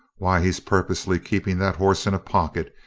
why, he's purposely keeping that horse in a pocket.